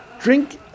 Drink